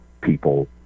people